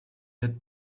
had